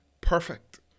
perfect